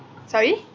sorry